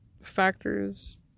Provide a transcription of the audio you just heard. factors